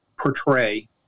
portray